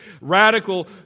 Radical